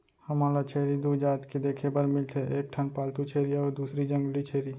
हमन ल छेरी दू जात के देखे बर मिलथे एक ठन पालतू छेरी अउ दूसर जंगली छेरी